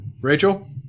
Rachel